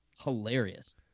hilarious